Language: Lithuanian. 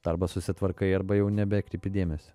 arba susitvarkai arba jau nebekreipi dėmesio